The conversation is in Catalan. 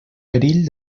perill